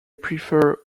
prefer